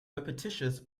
repetitious